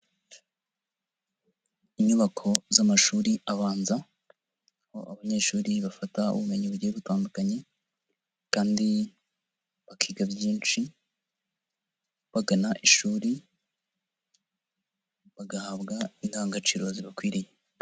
Inyubako z'amashuri abanza, aho abanyeshuri bafata ubumenyi bugiye butandukanye kandi bakiga byinshi bagana ishuri bagahabwa indangagaciro zibakwiriye.